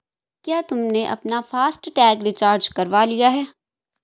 क्या तुमने अपना फास्ट टैग रिचार्ज करवा लिया है?